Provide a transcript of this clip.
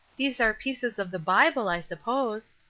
these are pieces of the bible, i suppose.